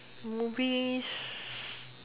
movies